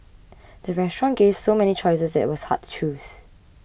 the restaurant gave so many choices that it was hard to choose